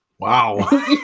Wow